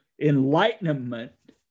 enlightenment